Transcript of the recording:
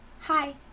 hi